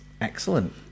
Excellent